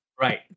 Right